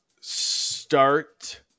start